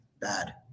bad